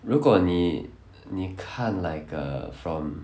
如果你你看 like uh from